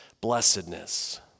blessedness